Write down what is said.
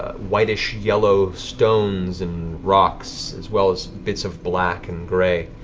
whitish-yellow stones and rocks, as well as bits of black and grey.